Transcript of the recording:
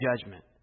judgment